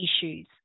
issues